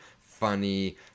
funny